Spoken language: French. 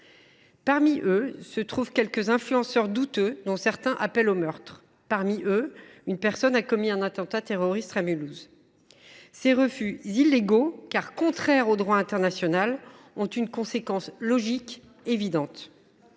Parmi eux se trouvent quelques influenceurs douteux, dont certains appellent au meurtre, et une personne qui a commis un attentat terroriste à Mulhouse. Ces refus illégaux, puisque contraires au droit international, ont une conséquence logique, évidente